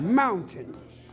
mountains